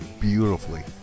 beautifully